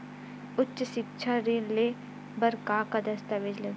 उच्च सिक्छा ऋण ले बर का का दस्तावेज लगही?